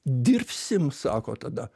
dirbsim sako tada